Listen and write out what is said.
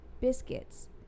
biscuits